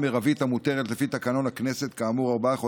למה לא אוספים את העקר שם כמו שאוספים